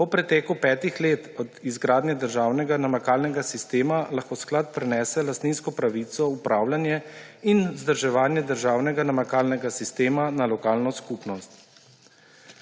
Po preteku petih let od izgradnje državnega namakalnega sistema lahko sklad prenese lastninsko pravico v upravljanje in vzdrževanje državnega namakalnega sistema na lokalno skupnost.